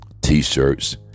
T-shirts